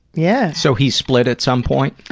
yeah. so he split at some point?